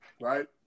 right